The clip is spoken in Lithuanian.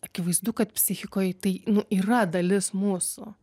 akivaizdu kad psichikoj tai nu yra dalis mūsų